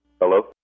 Hello